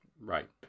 Right